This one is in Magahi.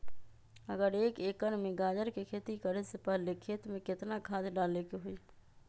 अगर एक एकर में गाजर के खेती करे से पहले खेत में केतना खाद्य डाले के होई?